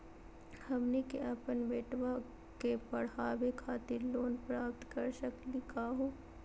हमनी के अपन बेटवा क पढावे खातिर लोन प्राप्त कर सकली का हो?